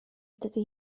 dydy